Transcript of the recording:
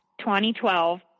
2012